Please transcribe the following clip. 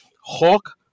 Hawk